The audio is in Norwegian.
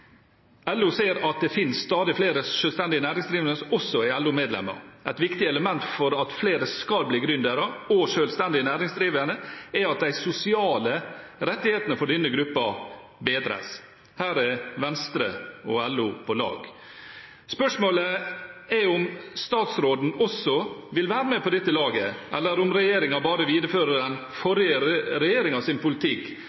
LO ser at det finnes stadig flere selvstendig næringsdrivende som også er LO-medlemmer. Et viktig element for at flere skal bli gründere og selvstendig næringsdrivende, er at de sosiale rettighetene for denne gruppen bedres. Her er Venstre og LO på lag. Spørsmålet er om statsråden også vil være med på dette laget, eller om regjeringen bare viderefører den forrige